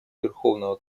верховного